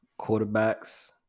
quarterbacks